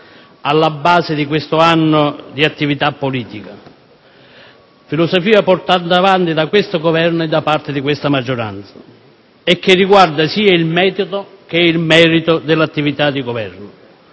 alla base di questo anno di attività politica, portata avanti dal Governo e dalla maggioranza, che riguarda sia il metodo che il merito dell'attività di Governo.